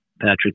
Patrick